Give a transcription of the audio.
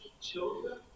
Children